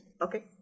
Okay